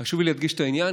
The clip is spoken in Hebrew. חשוב לי להדגיש את העניין,